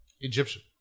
Egyptian